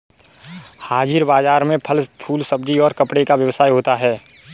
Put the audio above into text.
हाजिर बाजार में फल फूल सब्जी और कपड़े का व्यवसाय होता है